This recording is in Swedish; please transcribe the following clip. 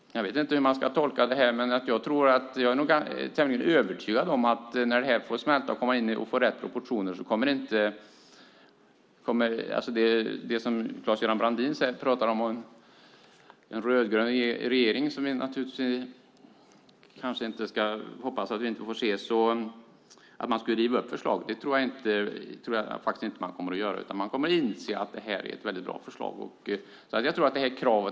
Jag vet inte hur man ska tolka detta. Jag är tämligen övertygad om att det här kommer att sjunka in och få rätt proportioner. Claes-Göran Brandin säger att en rödgrön regering, som vi hoppas att vi inte får se, skulle riva upp förslaget. Det tror jag inte att man kommer att göra. Man kommer att inse att det är ett bra förslag.